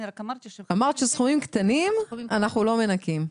אני רק אמרתי --- אמרת שסכומים קטנים אתם לא מנכים.